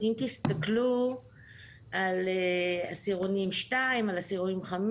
תסתכלו על עשירונים 2 ו-5.